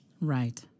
Right